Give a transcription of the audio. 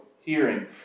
hearing